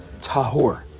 Tahor